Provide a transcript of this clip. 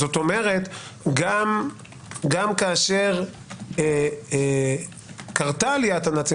זאת אומרת גם כאשר קרתה עליית הנאצים